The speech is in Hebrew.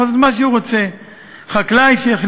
הוא יכול לעשות מה שהוא רוצה.